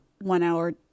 one-hour